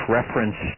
reference